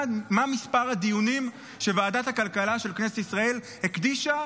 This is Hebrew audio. מה מספר הדיונים שוועדת הכלכלה של כנסת ישראל הקדישה,